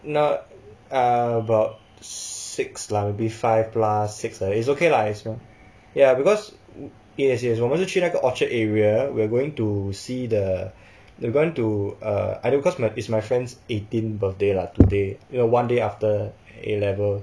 no ah about six lah maybe five plus six ah it's okay lah ya because yes yes 我们是去那个 orchard area we're going to see the we're going to uh I don't know cause uh it's my friend's eighteen birthday lah today you know one day after A level